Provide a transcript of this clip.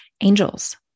angels